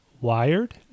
Wired